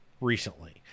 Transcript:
recently